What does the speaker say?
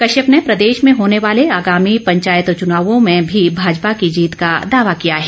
कश्यप ने प्रदेश में होने वाले आगामी पंचायत चुनावों में भी भाजपा की जीत का दावा किया है